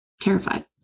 terrified